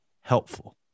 helpful